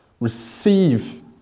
receive